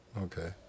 Okay